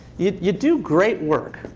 you do great work.